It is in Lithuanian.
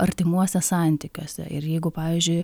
artimuose santykiuose ir jeigu pavyzdžiui